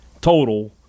total